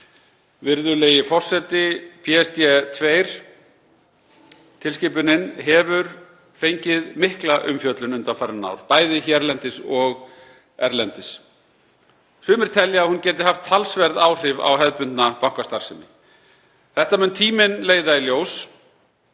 Virðulegi forseti. PSD2-tilskipunin hefur fengið mikla umfjöllun undanfarin ár, bæði hérlendis og erlendis. Sumir telja að hún geti haft talsverð áhrif á hefðbundna bankastarfsemi. Þetta mun tíminn leiða í ljós